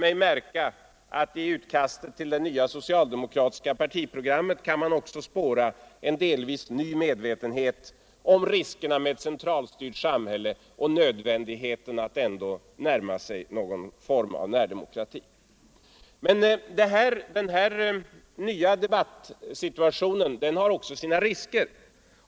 I utkastet till det nya socialdemokratiska partiprogrammet kan man också spåra en delvis ny medvetenhet om riskerna med ett centralstyrt samhälle och nödvändigheten av att närma sig någon form av närdemokrati. Men denna nya debattsituation har också sina risker.